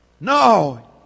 No